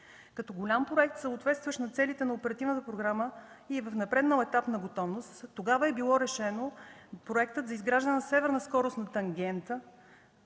Като голям проект, съответстващ на целите на оперативната програма и в напреднал етап на готовност, тогава е било решено проектът за изграждане на северната скоростна тангента